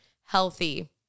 healthy